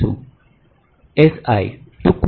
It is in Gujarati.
gdb si ટૂંકમાં